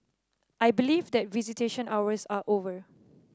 I believe that visitation hours are over